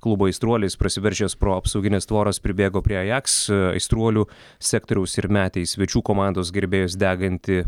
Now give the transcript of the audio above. klubo aistruolis prasiveržęs pro apsaugines tvoras pribėgo prie ajaks aistruolių sektoriaus ir metė į svečių komandos gerbėjus degantį